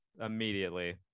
immediately